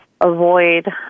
Avoid